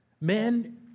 Men